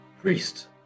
Priest